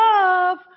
love